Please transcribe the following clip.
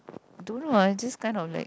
don't know lah just kind of like